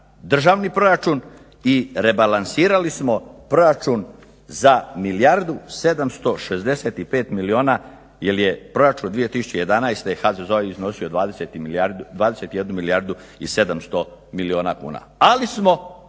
državni proračun i rebalansirali smo proračun za milijardu 765 milijuna jer je proračun 2011. HZZO-a iznosio 21 milijardu i 700 milijuna kuna. Ali smo